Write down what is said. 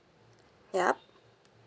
yup